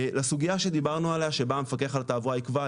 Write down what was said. לסוגיה שדיברנו עליה שבה המפקח על התעבורה יקבע,